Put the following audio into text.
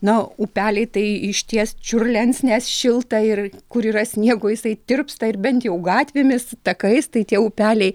na upeliai tai išties čiurlens nes šilta ir kur yra sniego jisai tirpsta ir bent jau gatvėmis takais tai tie upeliai